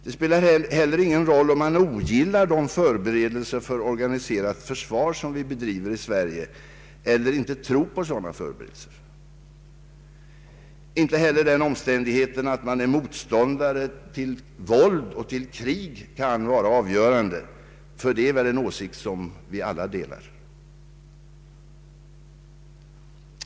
Det spelar heller ingen roll om han ogillar de förberedelser för organiserat försvar som vi bedriver i Sverige eller inte tror på sådana förberedelser. Inte heller den omständigheten att han är motståndare till våld och till krig kan vara avgörande, ty det är väl åsikter som vi alla delar.